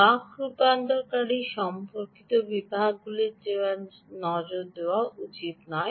বক রূপান্তরকারী সম্পর্কিত বিভাগগুলির দিকে নজর দেওয়া উচিত নয়